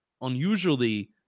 unusually